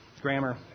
grammar